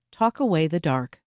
talkawaythedark